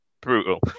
brutal